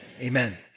amen